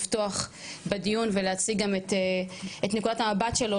לפתוח בדיון ולהציג גם את נקודת המבט שלו,